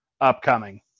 upcoming